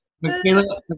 Michaela